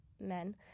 men